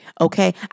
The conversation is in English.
Okay